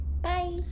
Bye